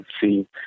see